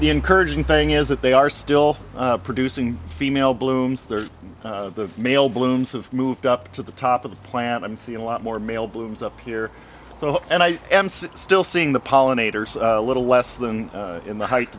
the encouraging thing is that they are still producing female blooms there's the male blooms have moved up to the top of the plant and see a lot more male blooms up here so and i am still seeing the pollinators a little less than in the height